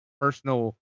personal